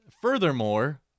furthermore